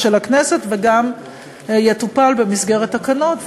של הכנסת וגם יטופל במסגרת תקנות.